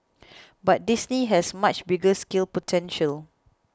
but Disney has much bigger scale potential